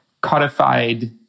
codified